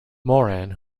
moran